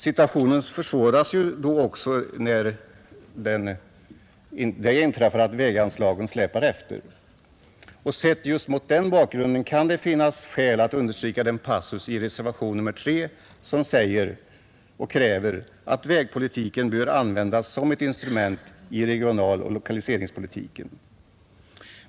Situationen försvåras ju då också när ett läge inträffar där väganslagen släpar efter. Sett just mot den bakgrunden kan det finnas skäl att understryka den passus i reservationen nr 3, där det krävs att vägpolitiken skall användas som ett instrument i regionaloch lokaliseringspolitiken.